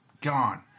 gone